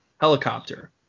helicopter